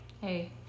hey